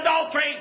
adultery